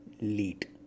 lead